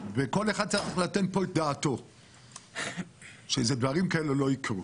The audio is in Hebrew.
וכל אחד צריך לתת כאן את דעתו כדי שדברים כאלה לא יקרו.